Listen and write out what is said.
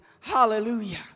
Hallelujah